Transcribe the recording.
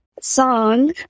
song